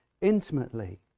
intimately